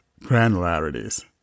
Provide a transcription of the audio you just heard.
granularities